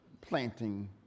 planting